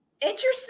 Interesting